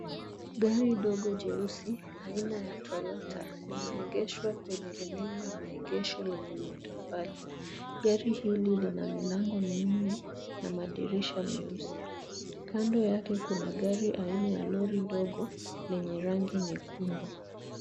Gari dogo jeusi aina ya Toyota limeegeshwa kwenye eneo la maegesho lenye matofali, gari hili lina milango minne na madirisha meusi, kando yake kuna gari aina ya lori dogo lenye rangi nyekundu.